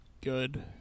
good